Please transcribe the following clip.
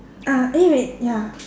uh eh wait ya